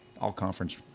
All-conference